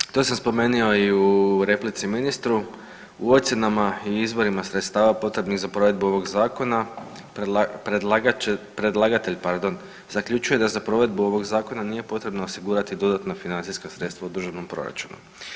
Naime, to sam spomenuo i u replici ministru, u ocjenama i izvorima sredstava potrebnih za provedbu ovog zakona predlagatelj, pardon, zaključuje da za provedbu ovog zakona nije potrebno osigurati dodatna financijska sredstva u državnom proračunu.